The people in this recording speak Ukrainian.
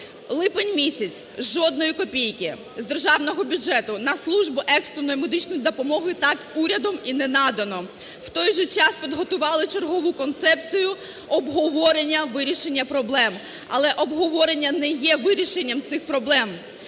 Липень-місяць – жодної копійки з державного бюджету на службу екстреної медичної допомоги так урядом і не надано. В той же час підготували чергову концепцію обговорення вирішення проблем, але обговорення не є вирішенням цих проблем.